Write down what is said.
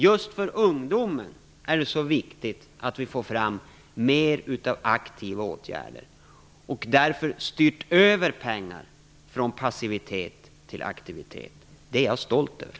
Just för ungdomen är det viktigt att vi får mer aktiva åtgärder. Därför har vi styrt över pengar från passivitet till aktivitet. Det är jag stolt över.